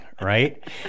right